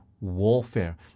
warfare